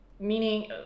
Meaning